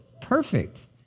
perfect